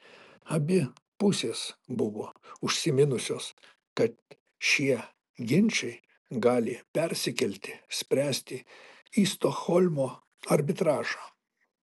abi pusės buvo užsiminusios kad šie ginčai gali persikelti spręsti į stokholmo arbitražą